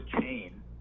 chain